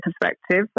perspective